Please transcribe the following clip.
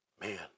man